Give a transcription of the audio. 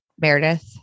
Meredith